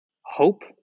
hope